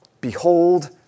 Behold